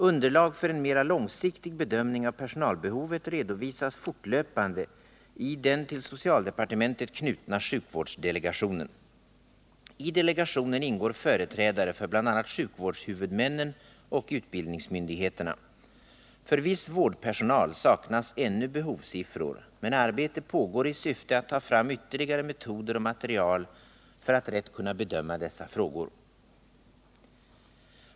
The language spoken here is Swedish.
Underlag för en mera långsiktig bedömning av personalbehovet redovisas fortlöpande i den till socialdepartementet knutna sjukvårdsdelegationen. I delegationen ingår företrädare för bl.a. sjukvårdshuvudmännen och utbildningsmyndigheterna. För viss vårdpersonal saknas ännu behovssiffror, men arbete pågår i syfte att ta fram ytterligare metoder och material för att rätt kunna bedöma dessa frågor.